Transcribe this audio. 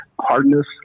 hardness